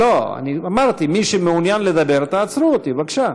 אמרתי, מי שמעוניין לדבר, תעצרו אותי בבקשה.